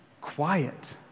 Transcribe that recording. quiet